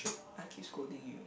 I keep scolding you